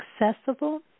accessible